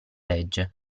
legge